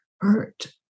hurt